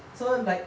so like